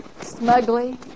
smugly